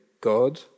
God